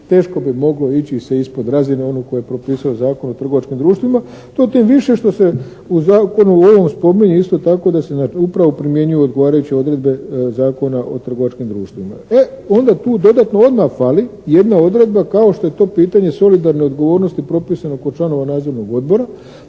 teško bi moglo ići se ispod razine one koju je propisao Zakon o trgovačkim društvima, to tim više što se u zakonu ovom spominje isto tako da se na upravu primjenjuju odgovarajuće odredbe Zakona o trgovačkim društvima. E, onda tu dodatno odmah fali jedna odredba kao što je to pitanje solidarne odgovornosti propisano kod članova nadzornog odbora